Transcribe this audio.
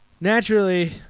naturally